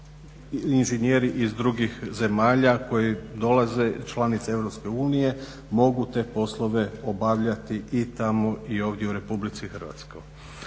inženjeri iz drugih zemalja koje dolaze članice EU mogu te poslove obavljati i tamo i ovdje u RH. Koliko